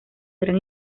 gran